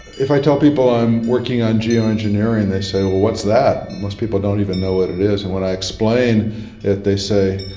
if i tell people i'm working on geo-engineering they say, well, what's that? most people don't even know what it is. and when i explain it they say,